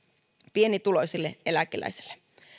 pienituloisille eläkeläisille